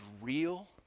real